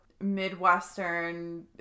Midwestern